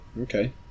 Okay